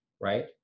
Right